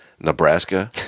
Nebraska